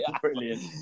Brilliant